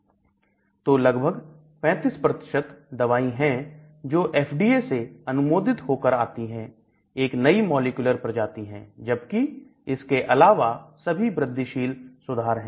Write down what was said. तो लगभग 35 दवाई है जो FDA से अनुमोदित हो कर आती है एक नई मॉलिक्यूलर प्रजाति है जबकि इसके अलावा सभी वृद्धिशील सुधार है